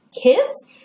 kids